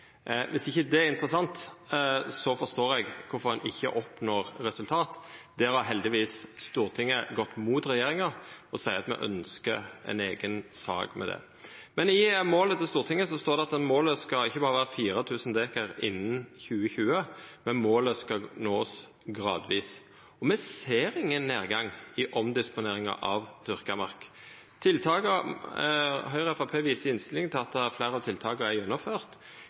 Viss ikkje det er interessant, forstår eg kvifor ein ikkje oppnår resultat. Der har heldigvis Stortinget gått mot regjeringa og seier at me ønskjer ei eiga sak om dette. I målet til Stortinget står det at målet ikkje berre skal vera 4 000 dekar innan 2020, men at ein skal nå målet gradvis. Me ser ingen nedgang i omdisponeringa av dyrka mark. Høgre og Framstegspartiet viser i innstillinga til at fleire tiltak er